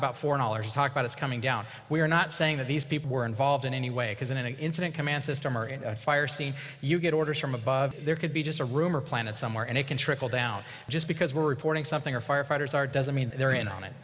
about four dollars talk about it's coming down we are not saying that these people were involved in any way because in an incident command system or in a fire scene you get orders from above there could be just a rumor planet somewhere and it can trickle down just because we're reporting something or firefighters are doesn't mean they're in on it